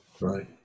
right